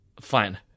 fine